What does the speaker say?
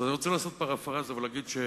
אז אני רוצה לעשות פרפראזה ולהגיד,